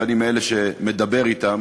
ואני מאלה שמדברים אתם,